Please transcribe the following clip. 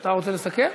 אתה רוצה לסכם?